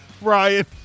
Ryan